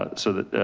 ah so that,